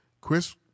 Chris